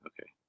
Okay